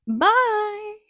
Bye